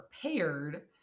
prepared